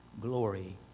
glory